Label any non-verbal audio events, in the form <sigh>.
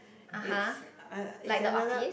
<breath> it's uh it's another